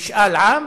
משאל עם?